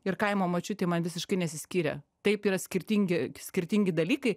ir kaimo močiutė man visiškai nesiskyrė taip yra skirtingi skirtingi dalykai